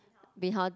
been how